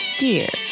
dear